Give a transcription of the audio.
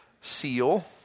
seal